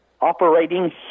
operating